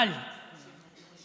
אבל המנוח